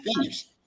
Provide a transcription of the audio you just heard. finish